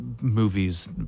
movies